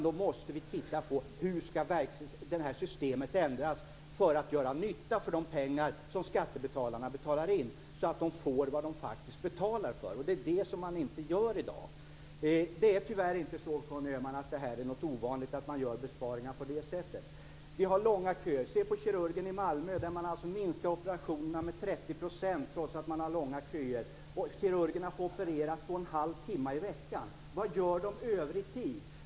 Då måste vi titta på hur systemet skall ändras för att göra nytta för de pengar som skattebetalarna betalar in, så att de får det som de betalar för. Det är det man inte gör i dag. Det är tyvärr inte ovanligt att man gör besparingar på det sättet. Vi har långa köer. Se på kirurgen i Malmö, där man har minskat operationerna med 30 % trots att man har långa köer. Kirurgerna får operera 2 1⁄2 timme i veckan - vad gör de den övriga tiden?